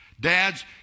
Dads